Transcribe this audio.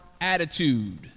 attitude